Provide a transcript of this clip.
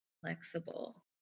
flexible